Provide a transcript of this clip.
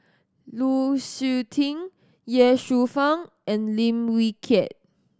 Lu Suitin Ye Shufang and Lim Wee Kiak